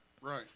Right